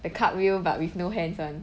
the cart wheel but with no hands [one]